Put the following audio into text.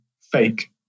fake